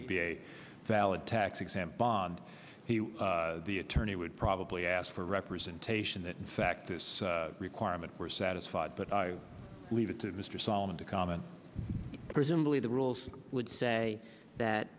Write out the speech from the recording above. would be a valid tax exempt bond the attorney would probably ask for representation that in fact this requirement were satisfied but i leave it to mr solomon to comment presumably the rules would say that